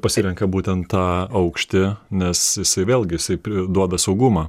pasirenka būtent tą aukštį nes jisai vėlgi jisai pri duoda saugumą